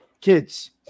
kids